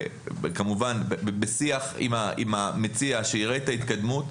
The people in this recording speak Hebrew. כמובן בשיח עם המציע שיראה את ההתקדמות,